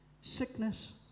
sickness